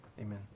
amen